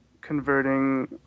converting